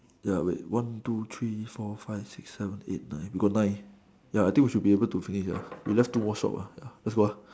ya wait one two three four five six seven eight nine we got nine ya I think we should be able to finish lah we left two more shops uh ya let's go uh